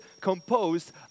composed